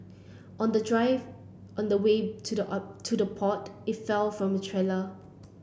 on the drive on the way to the art to the port it fell from a trailer